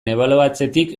ebaluatzetik